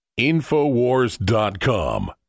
InfoWars.com